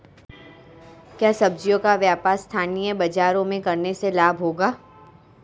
क्या सब्ज़ियों का व्यापार स्थानीय बाज़ारों में करने से लाभ होगा?